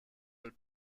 del